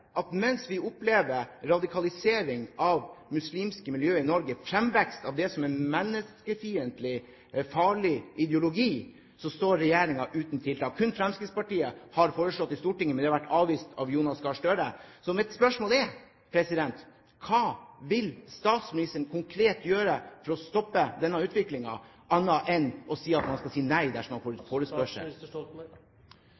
at mens vi opplever en radikalisering av muslimske miljøer i Norge, fremvekst av det som er en menneskefiendtlig, farlig ideologi, står regjeringen uten tiltak. Kun Fremskrittspartiet har foreslått noe i Stortinget, men det har vært avvist av Jonas Gahr Støre. Så mitt spørsmål er: Hva vil statsministeren konkret gjøre for å stoppe denne utviklingen, annet enn å si at man skal si nei dersom man får